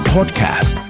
Podcast